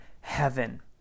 Heaven